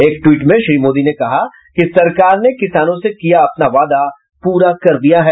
एक ट्वीट में श्री मोदी ने कहा कि सरकार ने किसानों से किया अपना वादा पूरा कर दिया है